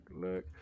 look